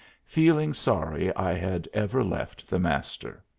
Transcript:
feeling sorry i had ever left the master.